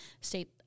state